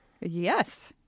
Yes